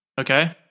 Okay